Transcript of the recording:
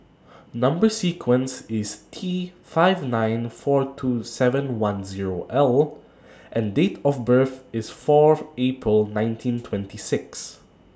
Number sequence IS T five nine four two seven one Zero L and Date of birth IS Fourth April nineteen twenty six